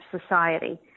society